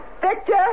Victor